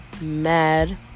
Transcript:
mad